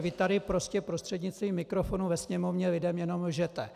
Vy tady prostě prostřednictvím mikrofonu ve Sněmovně lidem jenom lžete.